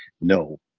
No